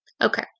okay